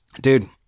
Dude